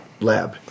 lab